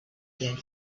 gail